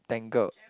tangled